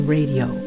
Radio